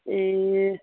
ए